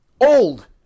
old